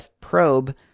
probe